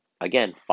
again